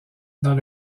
dans